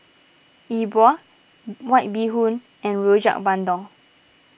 E Bua White Bee Hoon and Rojak Bandung